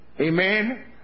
Amen